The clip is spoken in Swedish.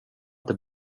inte